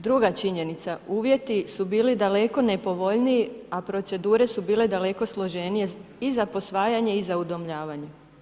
Druga činjenica, uvjeti su bili daleko nepovoljniji, a procedure su bile daleko složenije i za posvajanje i za udomljavanje.